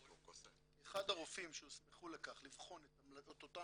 כי אחד הרופאים שהוסמכו לכך לבחון את אותה